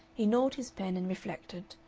he gnawed his pen and reflected,